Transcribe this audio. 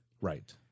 Right